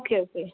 okay okay